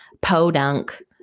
Podunk